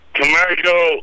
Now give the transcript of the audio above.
commercial